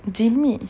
jimmy